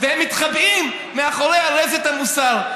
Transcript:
והם מתחבאים מאחורי ארשת המוסר.